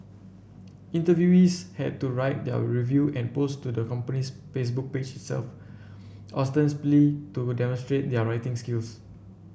interviewees had to write their review and post to the company's Facebook page itself ostensibly to demonstrate their writing skills